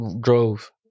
drove